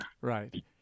Right